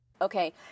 Okay